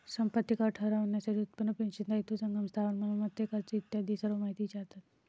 संपत्ती कर ठरवण्यासाठी उत्पन्न, पेन्शन, दायित्व, जंगम स्थावर मालमत्ता, कर्ज इत्यादी सर्व गोष्टी विचारतात